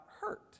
hurt